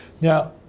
Now